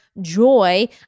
joy